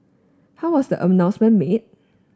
how was the announcement made